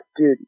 dude